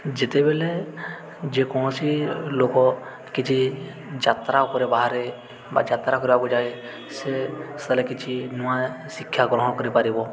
ଯେତେବେଲେ ଯେକୌଣସି ଲୋକ କିଛି ଯାତ୍ରା ଉପରେ ବାହାରେ ବା ଯାତ୍ରା କରିବାକୁ ଯାଏ ସେ ସେଲେ କିଛି ନୂଆ ଶିକ୍ଷା ଗ୍ରହଣ କରିପାରିବ